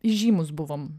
įžymūs buvom